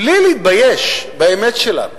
בלי להתבייש באמת שלנו.